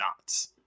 knots